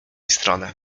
stronę